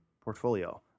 portfolio